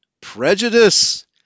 prejudice